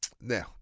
now